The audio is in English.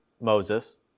Moses